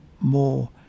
more